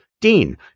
Dean